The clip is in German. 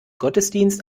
gottesdienst